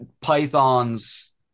pythons